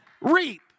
reap